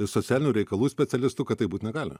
socialinių reikalų specialistu kad taip būt negali